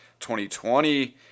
2020